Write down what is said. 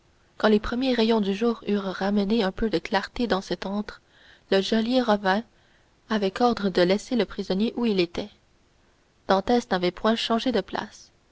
quand les premiers rayons du jour eurent ramené un peu de clarté dans cet antre le geôlier revint avec ordre de laisser le prisonnier où il était dantès n'avait point changé de place